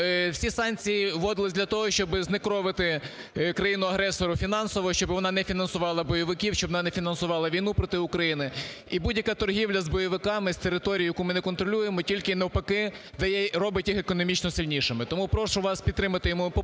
всі санкції вводились для того, щоб знекровити країну-агресора фінансово, щоб вона не фінансувала бойовиків, щоб вона не фінансувала війну проти України. І будь-яка торгівля з бойовиками з території, яку ми не контролюємо тільки, навпаки, дає… робить їх економічно сильнішими. Тому прошу вас підтримати і мою поправку,